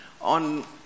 on